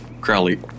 Crowley